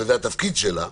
וזה תפקידה,